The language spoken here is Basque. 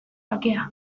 bakea